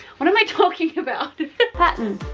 what am i talking about? pattern,